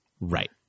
Right